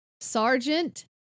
Sergeant